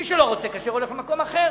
מי שלא רוצה כשר הולך למקום אחר.